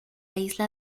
isla